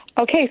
Okay